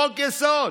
חוק-יסוד,